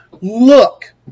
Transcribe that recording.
look